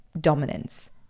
dominance